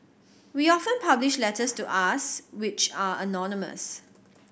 we often publish letters to us which are anonymous